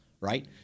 Right